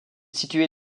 situé